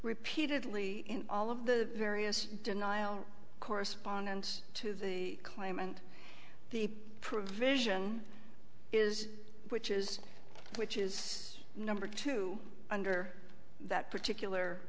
repeatedly in all of the various denials correspondence to the claim and the provision is which is which is number two under that particular